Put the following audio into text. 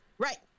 right